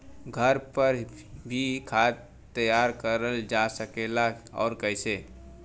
घर पर भी खाद तैयार करल जा सकेला और कैसे?